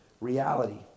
reality